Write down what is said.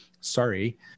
sorry